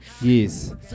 Yes